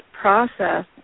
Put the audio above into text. process